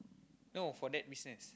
no for that business